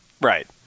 Right